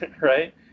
right